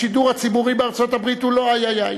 השידור הציבורי בארצות-הברית הוא לא איי-איי-איי,